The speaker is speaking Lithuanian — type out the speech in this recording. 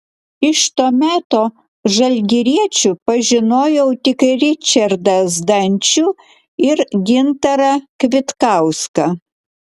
iš to meto žalgiriečių pažinojau tik ričardą zdančių ir gintarą kvitkauską